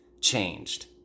changed